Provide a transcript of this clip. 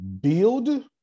build